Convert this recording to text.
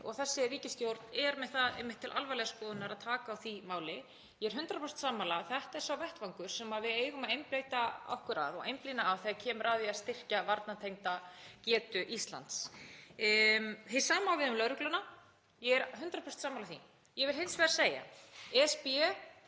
og þessi ríkisstjórn er með það til alvarlegrar skoðunar að taka á því máli. Ég er 100% sammála að þetta er sá vettvangur sem við eigum að einbeita okkur að og einblína á þegar kemur að því að styrkja varnartengda getu Íslands. Hið sama á við um lögregluna, ég er 100% sammála því. Ég vil hins vegar segja: ESB